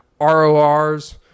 RORs